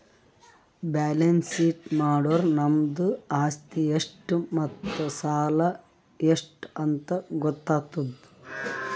balance sheet ಮಾಡುರ್ ನಮ್ದು ಆಸ್ತಿ ಎಷ್ಟ್ ಮತ್ತ ಸಾಲ ಎಷ್ಟ್ ಅಂತ್ ಗೊತ್ತಾತುದ್